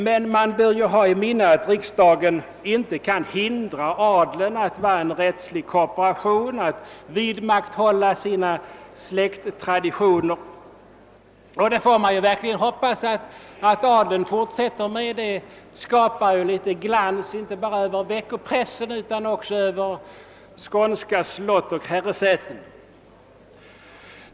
Men man bör ju ha i minnet att riksdagen inte kan hindra adeln att vara en rättslig korporation och vidmakthålla sina släkttraditioner, och det får man verkligen hoppas, att adeln fortsätter med. Det skapar ju litet glans inte bara över veckopressen utan också över skånska slott och herresäten.